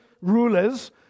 rulers